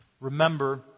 remember